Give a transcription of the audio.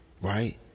right